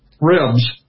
ribs